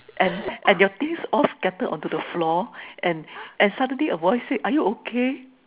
and and your teeth all scattered over the floor and suddenly a voice said are you okay